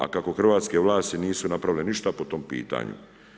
A kako hrvatske vlasti nisu napravile ništa po tom pitanju.